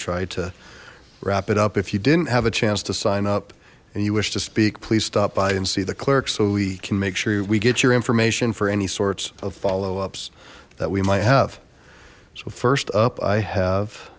try to wrap it up if you didn't have a chance to sign up and you wish to speak please stop by and see the clerk so we can make sure we get your information for any sorts of follow ups that we might have so first up i have